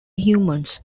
humans